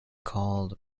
called